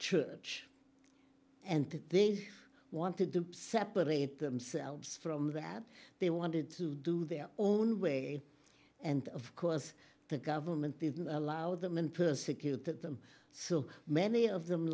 church and they wanted to separate themselves from that they wanted to do their own way and of course the government didn't allow them and persecuted them so many of them